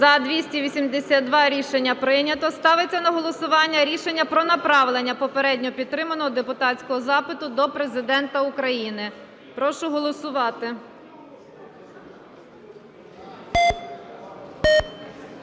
За-282 Рішення прийнято. Ставиться на голосування рішення про направлення попередньо підтриманого депутатського запиту до Президента України. Прошу голосувати.